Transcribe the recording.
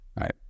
Right